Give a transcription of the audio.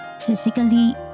physically